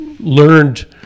learned